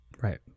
right